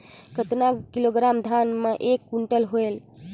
कतना किलोग्राम धान मे एक कुंटल होयल?